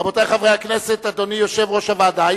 חברי הכנסת, על סעיף 6 לפי נוסח הוועדה.